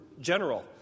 general